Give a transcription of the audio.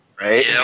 right